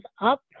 up